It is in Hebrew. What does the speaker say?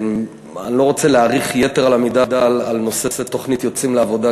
אני לא רוצה להאריך יתר על המידה על נושא תוכנית "יוצאים לעבודה",